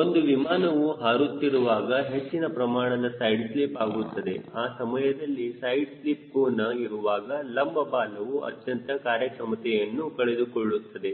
ಒಂದು ವಿಮಾನವು ಹಾರುತ್ತಿರುವಾಗ ಹೆಚ್ಚಿನ ಪ್ರಮಾಣದ ಸೈಡ್ ಸ್ಲಿಪ್ ಆಗುತ್ತದೆ ಆ ಸಮಯದಲ್ಲಿ ಸೈಡ್ ಸ್ಲಿಪ್ ಕೋನ ಇರುವಾಗ ಲಂಬ ಬಾಲವು ಅತ್ಯಂತ ಕಾರ್ಯಕ್ಷಮತೆಯನ್ನು ಕಳೆದುಕೊಳ್ಳುತ್ತದೆ